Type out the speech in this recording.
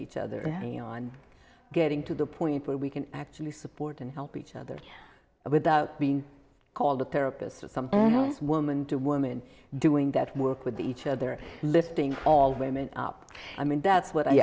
each other and getting to the point where we can actually support and help each other without being called a therapist or some woman to woman doing that work with each other lifting all women up i mean that's what i